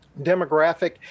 demographic